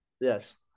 Yes